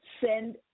send